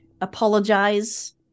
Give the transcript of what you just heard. apologize